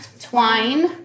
twine